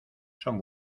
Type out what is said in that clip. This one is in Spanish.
son